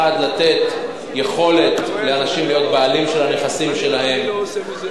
לתת יכולת לאנשים להיות הבעלים של הנכסים שלהם.